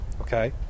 Okay